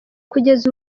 kugeza